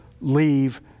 leave